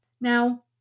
Now